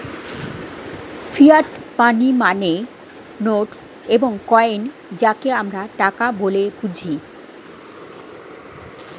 fiat money মানে note এবং coin যাকে আমরা টাকা বলে বুঝি